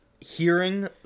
hearing